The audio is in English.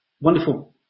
wonderful